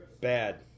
Bad